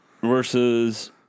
versus